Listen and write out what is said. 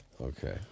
okay